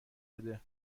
بده